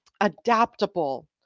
adaptable